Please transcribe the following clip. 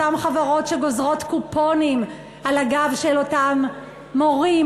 אותן חברות שגוזרות קופונים על הגב של אותם מורים,